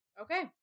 okay